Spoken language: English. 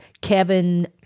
Kevin